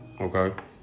Okay